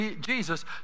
Jesus